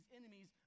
enemies